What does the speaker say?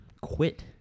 quit